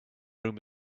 room